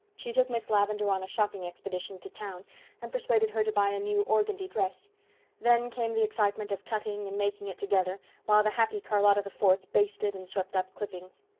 she took miss lavendar on a shopping expedition to town and persuaded her to buy a new organdy dress then came the excitement of cutting and making it together, while the happy charlotta the fourth basted and swept up clippings.